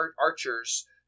archers